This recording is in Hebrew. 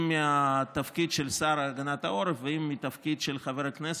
אם מהתפקיד של השר להגנת העורף ואם מהתפקיד של חבר הכנסת,